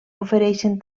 ofereixen